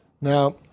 Now